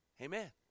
Amen